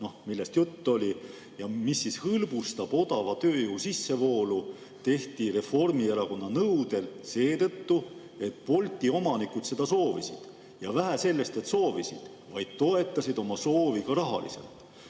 millest juttu oli ja mis hõlbustab odava tööjõu sissevoolu, Reformierakonna nõudel seetõttu, et Bolti omanikud seda soovisid. Ja vähe sellest, et soovisid, nad toetasid oma soovi ka rahaliselt.